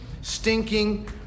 stinking